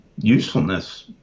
usefulness